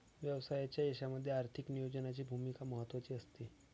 व्यवसायाच्या यशामध्ये आर्थिक नियोजनाची भूमिका महत्त्वाची असते